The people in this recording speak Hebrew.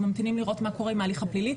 ממתינים לראות מה קורה עם ההליך הפלילי.